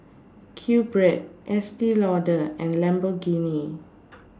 QBread Estee Lauder and Lamborghini